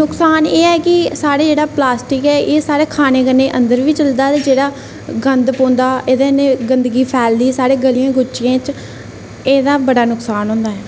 नुक्सान एह् ऐ कि साढ़े जेह्ड़ा प्लास्टिक ऐ एह् साढ़े खाने कन्नै अंदर बी जंदा ते गंद पौंदा एह्दे नै गंदगी फैलदी साढ़े गलियें च एह्दा बड़ा नुकसान होंदा ऐ